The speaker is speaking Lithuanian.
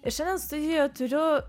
ir šiandien studijoje turiu